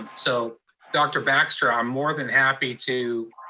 um so dr. baxter, i'm more than happy to